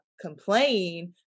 complain